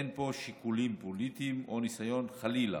אין פה שיקולים פוליטיים או ניסיון, חלילה,